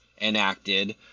enacted